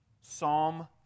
Psalm